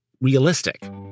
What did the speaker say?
realistic